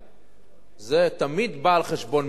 זה תמיד בא על חשבון מישהו אחר.